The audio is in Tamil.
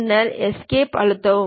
பின்னர் எஸ்கேப் அழுத்தவும்